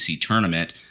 tournament